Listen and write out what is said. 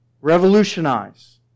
Revolutionize